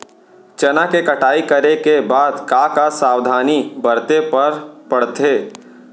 चना के कटाई करे के बाद का का सावधानी बरते बर परथे?